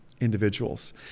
individuals